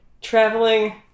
traveling